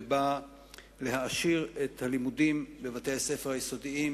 ובאה להעשיר את הלימודים בבתי-הספר היסודיים,